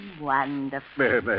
wonderful